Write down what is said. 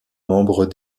membre